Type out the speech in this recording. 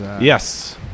yes